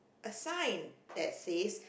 a sign that says